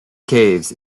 caves